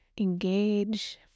engage